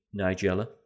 Nigella